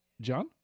john